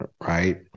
Right